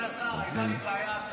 אדוני השר, הייתה לי בעיה השבוע.